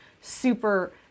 super